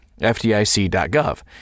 FDIC.gov